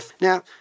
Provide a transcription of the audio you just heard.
Now